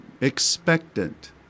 expectant